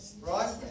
Right